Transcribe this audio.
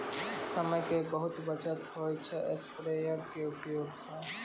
समय के बहुत बचत होय छै स्प्रेयर के उपयोग स